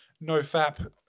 no-fap